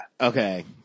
Okay